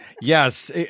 Yes